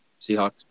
Seahawks